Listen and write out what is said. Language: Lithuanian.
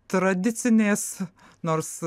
tradicinės nors